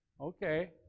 Okay